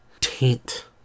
taint